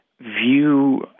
view